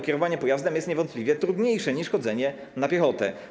Kierowanie pojazdem jest niewątpliwie trudniejsze niż chodzenie na piechotę.